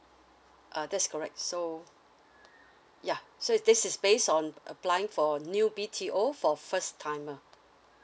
uh that's correct so ya so is this is based on applying for new B_T_O for first timer